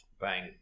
Bang